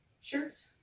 shirts